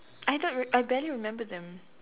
I don't I barely remembered them